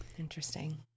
Interesting